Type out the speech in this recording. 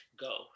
go